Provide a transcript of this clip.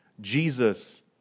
Jesus